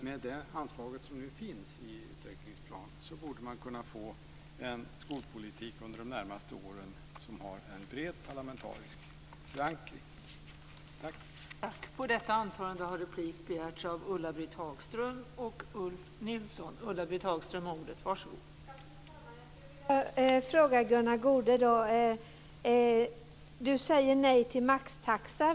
Med det anslag som nu finns i utvecklingsplanen tror jag att man borde kunna få en skolpolitik under de närmaste åren som har en bred parlamentarisk förankring.